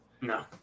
no